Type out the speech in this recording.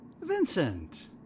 Vincent